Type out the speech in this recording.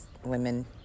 women